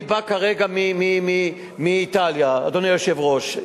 אני בא כרגע מאיטליה, אדוני היושב-ראש.